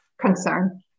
concern